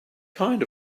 kind